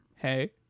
hey